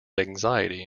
anxiety